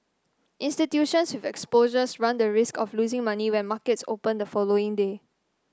institutions with exposures run the risk of losing money when markets open the following day